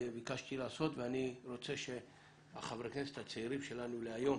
שביקשתי לעשות ואני רוצה שחברי הכנסת הצעירים שלנו להיום